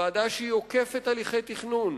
ועדה שעוקפת הליכי תכנון.